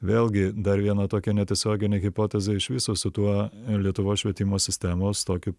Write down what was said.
vėlgi dar viena tokia netiesioginė hipotezė iš viso su tuo lietuvos švietimo sistemos tokiu